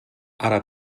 ara